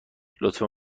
لطفا